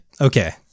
Okay